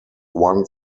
one